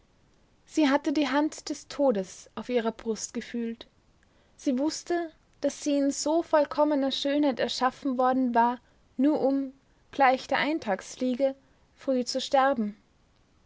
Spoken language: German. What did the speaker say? sie hatte die hand des todes auf ihrer brust gefühlt sie wußte daß sie in so vollkommener schönheit erschaffen worden war nur um gleich der eintagsfliege früh zu sterben